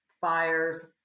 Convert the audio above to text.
fires